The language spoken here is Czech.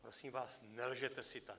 Prosím vás, nelžete si tady.